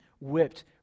whipped